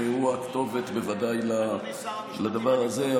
והוא בוודאי הכתובת לדבר הזה.